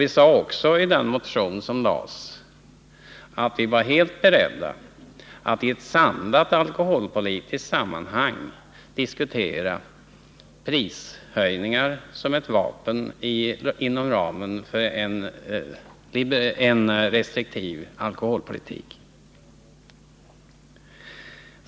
Vi sade också i den motion som väcktes att vi var helt beredda att i ett samlat alkoholpolitiskt sammanhang diskutera prishöjningar som ett vapen inom ramen för en restriktiv alkoholpolitik.